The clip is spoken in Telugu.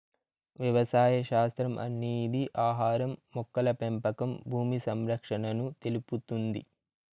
వ్యవసాయ శాస్త్రం అనేది ఆహారం, మొక్కల పెంపకం భూమి సంరక్షణను తెలుపుతుంది